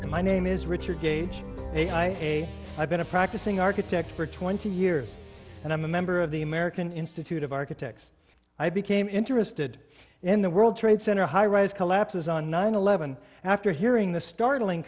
i my name is richard gage a i a i've been a practicing architect for twenty years and i'm a member of the american institute of architects i became interested in the world trade center high rise collapses on nine eleven after hearing the startling